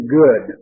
good